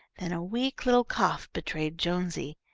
then a weak little cough betrayed jonesy.